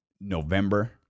November